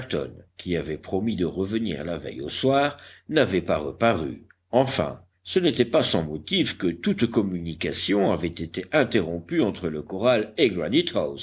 qui avait promis de revenir la veille au soir n'avait pas reparu enfin ce n'était pas sans motif que toute communication avait été interrompue entre le corral et